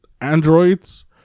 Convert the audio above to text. androids